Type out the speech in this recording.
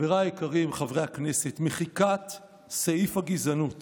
חבריי היקרים חברי הכנסת, מחיקת סעיף הגזענות